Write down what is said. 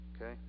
Okay